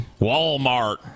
Walmart